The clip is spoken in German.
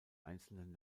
einzelnen